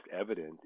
evident